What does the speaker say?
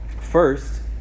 First